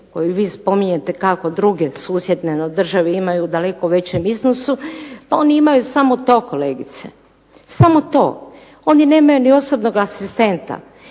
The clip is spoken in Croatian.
koju vi spominjete kako druge susjedne države imaju daleko većem iznosu, pa one imaju samo to kolegice, samo to. Oni nemaju ni osobnog asistenta.